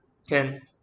can